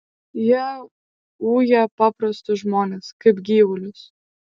jie uja paprastus žmones kaip gyvulius